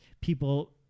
people